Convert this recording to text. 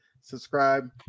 subscribe